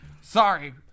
Sorry